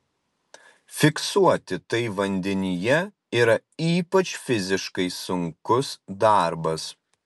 fiksuoti tai vandenyje yra ypač fiziškai sunkus darbas